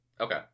Okay